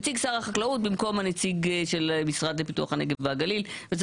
נציג שר החקלאות במקום הנציג של המשרד לפיתוח הנגב והגליל וזה